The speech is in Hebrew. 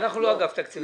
אנחנו לא אגף תקציבים.